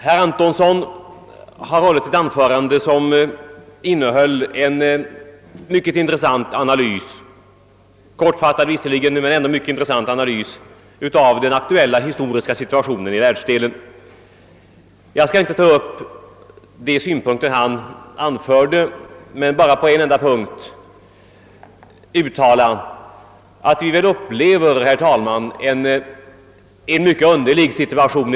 Herr Antonsson har hållit ett anförande med en kortfattad men ändå myc ket intressant analys av den aktuella historiska utvecklingen i vår världsdel. Jag skall inte ta upp de synpunkter han anförde men vill betona att vi i dag, herr talman, upplever en i ett avseende mycket underlig situation.